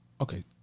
Okay